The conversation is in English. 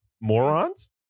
Morons